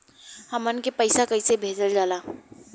हमन के पईसा कइसे भेजल जाला?